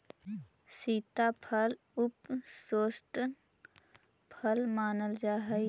सीताफल उपशीतोष्ण फल मानल जा हाई